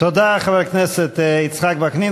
תודה, חבר הכנסת יצחק וקנין.